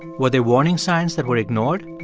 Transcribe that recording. were there warning signs that were ignored?